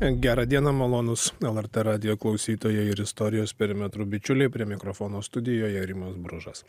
gerą dieną malonūs lrt radijo klausytojai ir istorijos perimetrų bičiuliai prie mikrofono studijoje rimas bružas